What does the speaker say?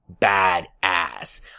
badass